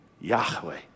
Yahweh